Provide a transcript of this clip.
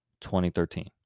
2013